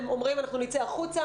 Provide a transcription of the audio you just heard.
הם אומרים: אנחנו נצא החוצה,